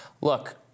look